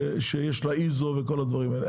שיש לה ISO וכל הדברים האלה?